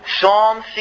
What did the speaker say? Psalm